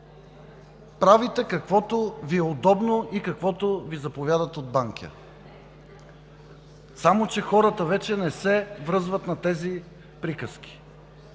правите каквото Ви е удобно и каквото Ви заповядат от Банкя. Само че хората вече не се връзват на тези приказки.